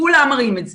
כולם מראים את זה.